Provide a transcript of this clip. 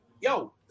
yo